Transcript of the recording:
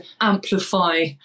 amplify